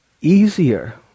easier